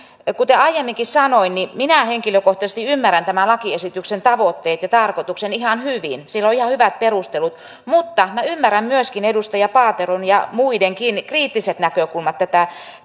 kuten aiemminkin sanoin minä henkilökohtaisesti ymmärrän tämän lakiesityksen tavoitteet ja tarkoituksen ihan hyvin siinä on ihan hyvät perustelut mutta minä ymmärrän myöskin edustaja paateron ja muidenkin kriittiset näkökulmat tätä